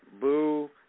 Boo